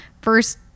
first